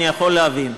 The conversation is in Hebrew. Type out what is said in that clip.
אני עוד יכול להבין,